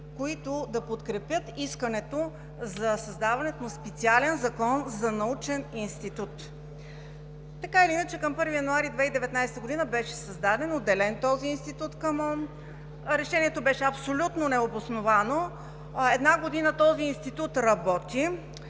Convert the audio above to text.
които да подкрепят искането за създаването на специален закон за научен институт. Така или иначе, към 1 януари 2019 г. беше създаден, отделен, този институт към МОН. Решението беше абсолютно необосновано. Една година този институт работи